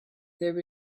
there